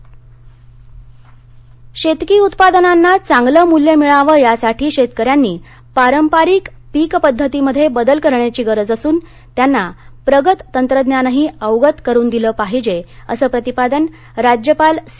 कृषी परस्कार शेतकी उत्पादनांना चांगले मूल्य मिळावं यासाठी शेतकऱ्यांनी पारंपरिक पीक पद्धतीमध्ये बदल करण्याची गरज असून त्यांना प्रगत तंत्रज्ञानही अवगत करून दिलं पाहिजे असं प्रतिपादन राज्यपाल सी